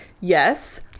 yes